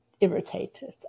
irritated